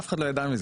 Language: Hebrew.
אף אחד לא ידע מזה,